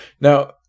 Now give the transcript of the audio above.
Now